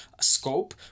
scope